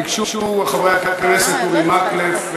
ביקשו חברי הכנסת אורי מקלב,